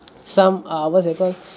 some err what's that called